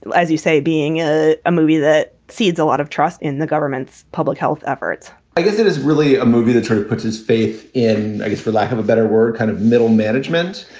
as you say, being a a movie that cedes a lot of trust in the government's public health efforts i guess it is really a movie that sort of puts his faith in, i guess, for lack of a better word, kind of middle management.